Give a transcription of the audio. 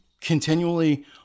continually